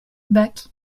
bac